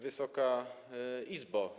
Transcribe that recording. Wysoka Izbo!